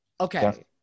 Okay